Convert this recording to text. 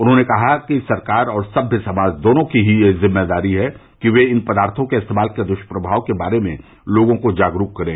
उन्होंने कहा कि सरकार और सभ्य समाज दोनों की ही यह जिम्मेदारी है कि वे इन पदार्थों के इस्तेमाल के द्ष्प्रभाव के बारे में लोगों को जागरूक करें